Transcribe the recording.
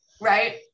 Right